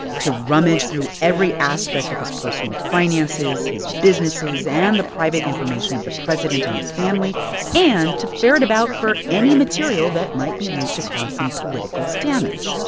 to rummage through every aspect of his personal finances, his businesses and the private information of the president and his family and to ferret about for any material that might be used to cause some political damage,